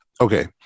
okay